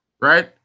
Right